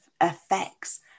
effects